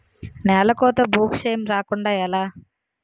నేలకోత భూక్షయం రాకుండ ఎలా?